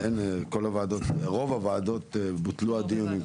רוב הוועדות בוטלו הדיונים.